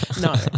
No